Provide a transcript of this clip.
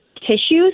tissues